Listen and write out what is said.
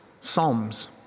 psalms